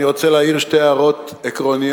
אני רוצה להעיר שתי הערות עקרוניות,